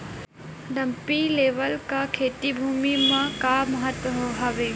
Dumpy level का खेती भुमि म का महत्व हावे?